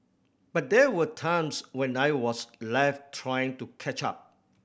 but there were times when I was left trying to catch up